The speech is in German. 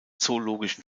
zoologischen